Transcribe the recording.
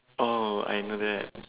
oh I know that